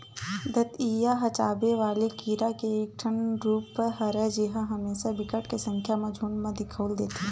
दतइया ह चाबे वाले कीरा के एक ठन रुप हरय जेहा हमेसा बिकट के संख्या म झुंठ म दिखउल देथे